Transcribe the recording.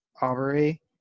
Aubrey